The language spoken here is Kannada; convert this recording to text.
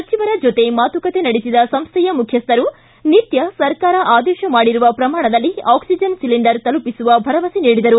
ಸಚಿವರ ಜೊತೆ ಮಾತುಕತೆ ನಡೆಸಿದ ಸಂಸ್ವೆಯ ಮುಖ್ಯಸ್ವರು ನಿತ್ಯ ಸರ್ಕಾರ ಆದೇಶ ಮಾಡಿರುವ ಪ್ರಮಾಣದಲ್ಲಿ ಆಕ್ಸಿಜನ್ ಸಿಲೆಂಡರ್ ತಲುಪಿಸುವ ಭರವಸೆ ನೀಡಿದರು